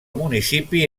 municipi